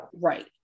Right